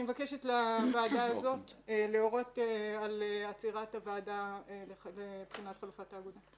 אני מבקשת מהוועדה הזאת להורות על עצירת הוועדה לבחינת חלופת האגודה.